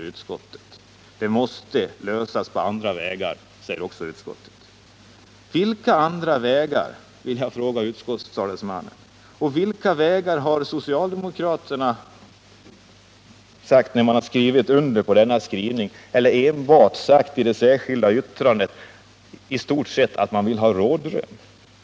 Dessa måste lösas på andra vägar.” Vilka andra vägar, vill jag fråga utskottstalesmannen, och vilka vägar har Nr 38 socialdemokraterna nämnt när de undertecknat denna skrivning? I sitt särskilda yttrande har de i stort sett endast sagt att man vill ha rådrum.